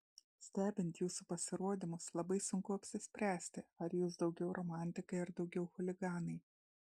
stebint jūsų pasirodymus labai sunku apsispręsti ar jūs daugiau romantikai ar daugiau chuliganai